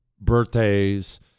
Birthdays